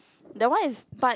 that one is but